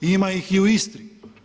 Ima ih i u Istri.